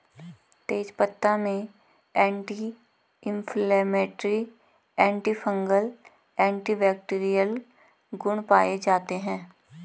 तेजपत्ता में anti inflammatory, antifungal, antibacterial गुण पाये जाते है